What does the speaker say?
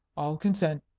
i'll consent,